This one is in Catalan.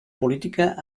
política